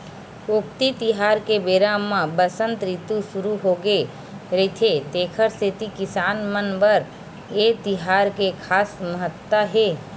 उक्ती तिहार के बेरा म बसंत रितु सुरू होगे रहिथे तेखर सेती किसान मन बर ए तिहार के खास महत्ता हे